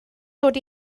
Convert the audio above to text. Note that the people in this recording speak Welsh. dod